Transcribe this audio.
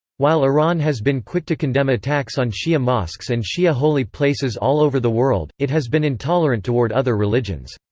while iran has been quick to condemn attacks on shia mosques and shia holy places all over the world, it has been intolerant toward other religions.